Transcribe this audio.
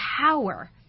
power